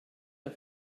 der